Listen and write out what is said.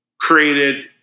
created